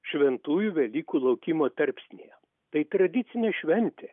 šventųjų velykų laukimo tarpsnyje tai tradicinė šventė